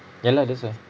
ya lah that's why